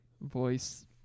voice